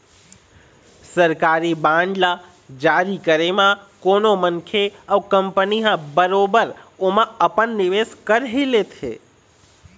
सरकारी बांड ल जारी करे म कोनो मनखे अउ कंपनी ह बरोबर ओमा अपन निवेस कर ही लेथे